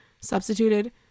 substituted